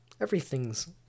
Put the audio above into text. everything's